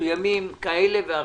מסוימים כאלה ואחרים,